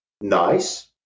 nice